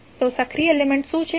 તો સક્રિય એલિમેન્ટ શું છે